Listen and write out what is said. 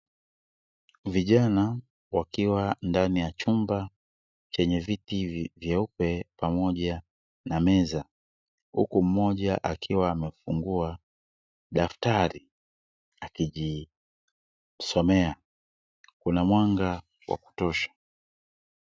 Vijana wakiwa ndani ya chumba chenye viti vyeupe pamoja na meza huku mmoja akiwa amefungua daftari akijisomea. Kuna mwanga wa kutosha.